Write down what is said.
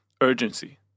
urgency